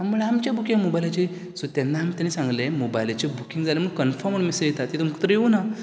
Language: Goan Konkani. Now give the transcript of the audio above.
आमी म्हणलें आमचें बुकींग मोबायलाची सो तेन्ना आमकां तेणी सांगलें मोबायलाचेर बुकींग जालें म्हण कन्फर्म मेसेज येता ती तुमकां तर येवना